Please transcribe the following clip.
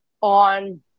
on